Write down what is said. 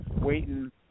waiting